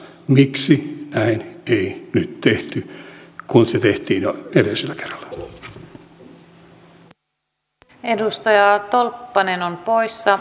miksi näin ei nyt tehty kun se tehtiin jo edellisellä kerralla